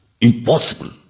impossible